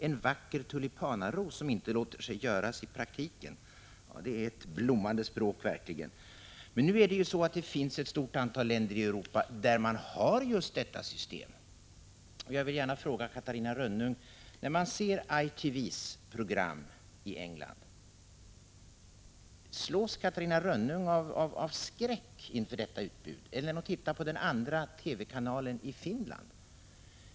”En vacker tulipanaros som inte låter sig göras i praktiken” — ja, det är verkligen ett blommande språk! Men nu är det ju så att det finns ett stort antal länder i Europa där man har just detta system. Jag vill gärna fråga: När hon ser ITV:s program i England, slås Catarina Rönnung av skräck inför detta utbud? Eller när hon tittar på Finlands andra kanal?